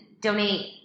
donate